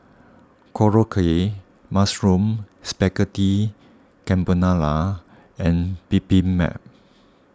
Korokke Mushroom Spaghetti Carbonara and Bibimbap